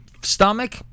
Stomach